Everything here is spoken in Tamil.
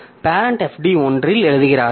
பேரெண்ட் fd 1 இல் எழுதுகிறார்கள்